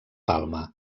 palma